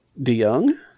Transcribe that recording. DeYoung